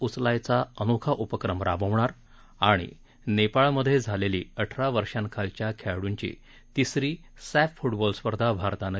उचलायचा अनोखा उपक्रम राबवणार नेपाळमधे झालेली अठरा वर्षांखालच्या खेळाडूंसाठीची तिसरी सॅफ फ्टबॉल स्पर्धा भारतानं